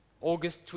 August